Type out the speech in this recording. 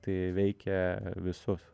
tai veikė visus